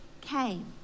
came